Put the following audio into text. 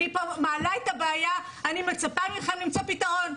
אני פה מעלה את הבעיה ואני מצפה מכם למצוא פתרון,